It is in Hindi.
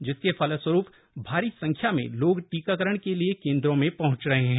जिसके फलस्वरूप भारी संख्या में लोग टीकाकरण के लिए केंद्रों में पहुंच रहे हैं